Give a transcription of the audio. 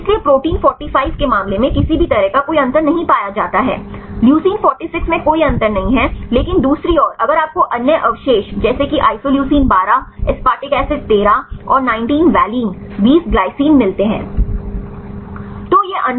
इसलिए प्रोटीन 45 के मामले में किसी भी तरह का कोई अंतर नहीं पाया जाता है Leucine 46 में कोई अंतर नहीं है लेकिन दूसरी ओर अगर आपको अन्य अवशेष जैसे कि आइसोलेकिन 12 एसपारटिक एसिड तेरह और 19 वैलेन 20 ग्लाइसिन मिलते हैं